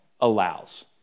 allows